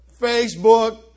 Facebook